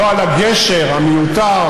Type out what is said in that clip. לא על הגשר המיותר,